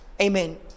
Amen